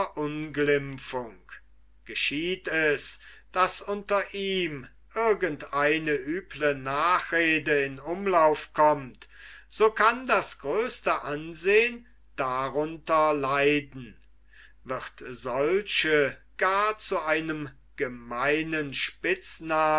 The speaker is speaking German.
verunglimpfung geschieht es daß unter ihm irgend eine üble nachrede in umlauf kommt so kann das größte ansehn darunter leiden wird solche gar zu einem gemeinen spitznamen